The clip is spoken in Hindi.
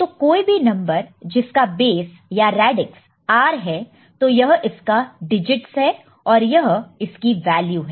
तो कोई भी नंबर जिसका बेस या रेडिक्स r है तो यह इसके डिजिटस है और यह इसकी वैल्यू है